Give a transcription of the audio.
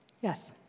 yes